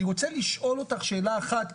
אני רוצה לשאול אותך שאלה אחת.